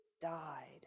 died